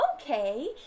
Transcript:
okay